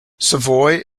savoy